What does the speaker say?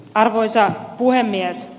arvoisa puhemies